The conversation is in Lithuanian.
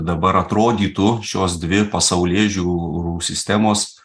dabar atrodytų šios dvi pasaulėžiūrų sistemos